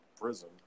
prison